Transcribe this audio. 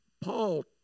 Paul